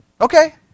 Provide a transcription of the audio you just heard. Okay